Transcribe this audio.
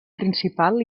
principal